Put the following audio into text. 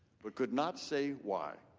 but cannot say why.